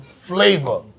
flavor